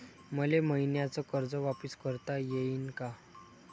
मले मईन्याचं कर्ज वापिस करता येईन का?